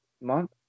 Month